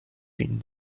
been